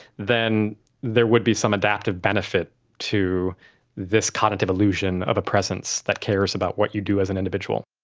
then there would be some adaptive benefit to this cognitive illusion of a presence that cares about what you do as an individual.